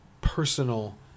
personal